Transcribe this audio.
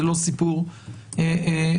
זה לא סיפור מסובך.